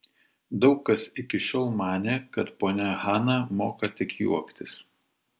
daug kas iki šiol manė kad ponia hana moka tik juoktis